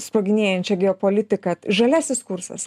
sproginėjančią geopolitiką t žaliasis kursas